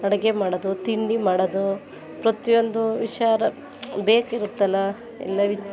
ಅಡುಗೆ ಮಾಡೋದು ತಿಂಡಿ ಮಾಡೋದು ಪ್ರತಿಯೊಂದು ವಿಷ್ಯ ಬೇಕಿರುತ್ತಲ್ಲ ಎಲ್ಲರಿಗೆ